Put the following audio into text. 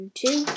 two